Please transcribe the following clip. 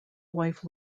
wife